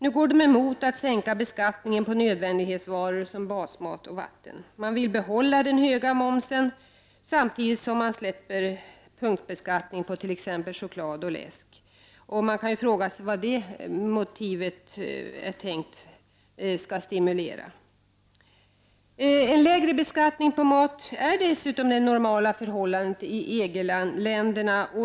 Nu går de emot att sänka skatten på nödvändighetsvaror, basmat och vatten. De vill behålla den höga momsen, samtidigt som de släpper punktbeskattningen på t.ex. choklad och läsk. Man kan fråga sig vilket motivet är och vad detta är tänkt att stimulera. En lägre beskattning på mat är dessutom det normala förhållandet i EG länderna.